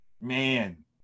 man